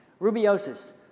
Rubiosis